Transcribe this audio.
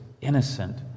innocent